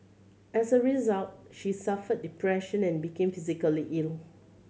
as a result she suffered depression and became physically ill